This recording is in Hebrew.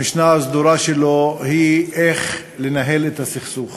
המשנה הסדורה שלו היא איך לנהל את הסכסוך